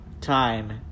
time